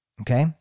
Okay